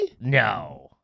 No